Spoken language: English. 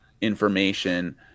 information